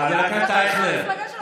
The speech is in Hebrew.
חבר הכנסת אייכלר,